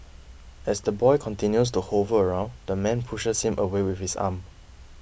as the boy continues to hover around the man pushes him away with his arm